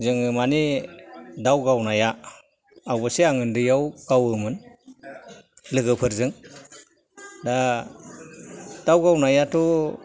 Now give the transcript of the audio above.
जोङो मानि दाव गावनाया अबसे आं उन्दैआव गावोमोन लोगोफोरजों दा दाव गावनायाथ'